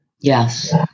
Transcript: Yes